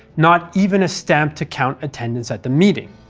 not even a stamp to count attendance at the meeting.